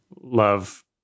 Love